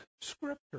Scripture